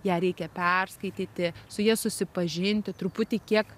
ją reikia perskaityti su ja susipažinti truputį kiek